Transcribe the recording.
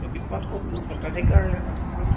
দক্ষিণপাট সত্ৰৰ সত্ৰাধিকাৰ এটা সময়ত